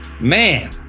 man